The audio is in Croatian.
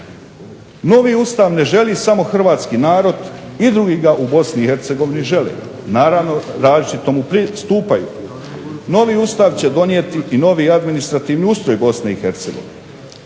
Novi Ustav ne želi samo hrvatski narod, i drugi ga u BiH žele. Naravno, različito mu pristupaju. Novi Ustav će donijeti i novi administrativni ustroj BiH.